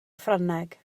ffrangeg